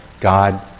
God